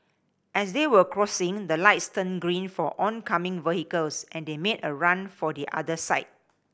as they were crossing the lights turned green for oncoming vehicles and they made a run for the other side